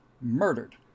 murdered